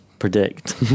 Predict